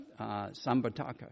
Sambataka